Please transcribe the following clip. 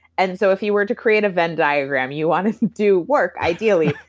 and so if you were to create a venn diagram, you want us to do work, ideally,